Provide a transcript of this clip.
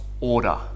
order